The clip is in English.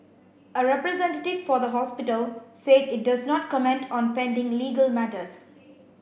a representative for the hospital said it does not comment on pending legal matters